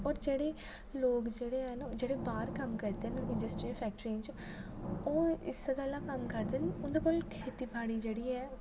होर जेह्ड़े लोग जेह्ड़े हैन जेह्ड़े बाह्र कम्म करदे न इंडस्ट्री फैक्टरियें च ओह् इस गल्ला करदे न उं'दे कोल खेतीबाड़ी जेह्ड़ी ऐ